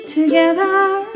together